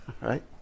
right